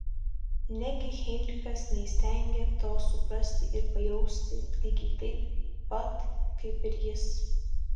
negi heinrichas neįstengia to suprasti ir pajausti lygiai taip pat kaip ir jis